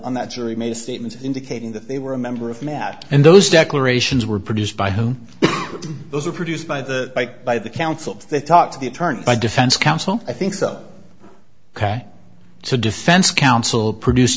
on that jury made a statement indicating that they were a member of matt and those declarations were produced by whom those are produced by the by the counsel they talk to the attorney by defense counsel i think so ok to defense counsel produced